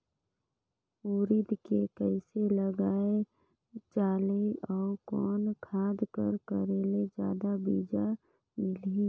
उरीद के कइसे लगाय जाले अउ कोन खाद कर करेले जादा बीजा मिलही?